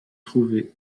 trouvé